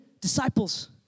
disciples